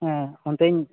ᱦᱮᱸ ᱚᱱᱛᱮᱧ